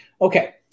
Okay